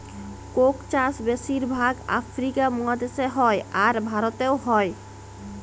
Coke চাষ বেশির ভাগ আফ্রিকা মহাদেশে হ্যয়, আর ভারতেও হ্য়য়